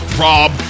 Rob